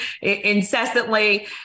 incessantly